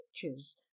pictures